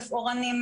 תפאורנים,